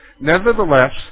Nevertheless